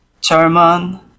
German